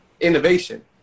innovation